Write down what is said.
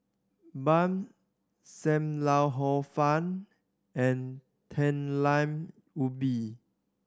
Bun Sam Lau Hor Fun and Talam Ubi